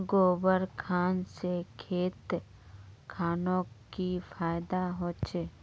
गोबर खान से खेत खानोक की फायदा होछै?